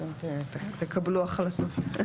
אתם תקבלו החלטות.